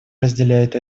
разделяет